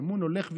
האמון הולך ויורד,